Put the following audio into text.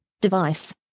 device